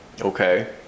Okay